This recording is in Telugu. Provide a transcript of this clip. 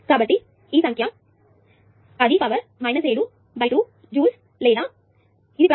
కాబట్టి ఈ సంఖ్య 10 7 2 జూల్స్ లేదా ఇది ప్రాథమికంగా 50 నానో జూల్స్ ఎనర్జీ